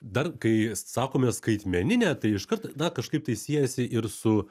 dar kai sakome skaitmeninė tai iškart na kažkaip tai siejasi ir su